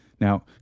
Now